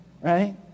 right